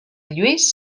lluís